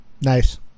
Nice